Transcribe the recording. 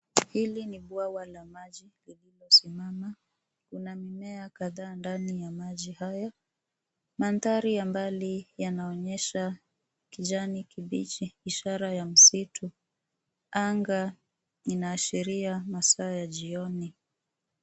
Hili ni bwawa la maji lililosimama, Kuna mimea kadhaa ndani ya maji haya. Mandhari ya mbali yanaonyesha kijani kibichi ishara ya msitu, anga linaashiria masaa ya jioni.